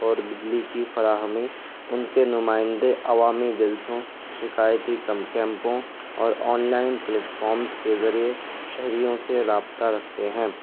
اور بجلی کی فراہمی ان کے نمائندے عوامی جلسوں شکایتی کم کیمپوں اور آن لائن پلیٹفارمس کے ذریعے شہریوں سے رابطہ رکھتے ہیں